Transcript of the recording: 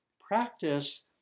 practice